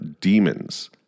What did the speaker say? demons